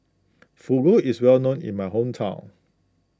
Fugu is well known in my hometown